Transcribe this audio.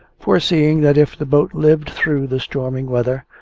foreseeing that if the boat lived through the stormy weather,